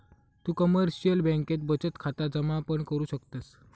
तु कमर्शिअल बँकेत बचत खाता जमा पण करु शकतस